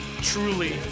truly